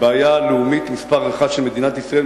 כבעיה הלאומית מספר אחת של מדינת ישראל.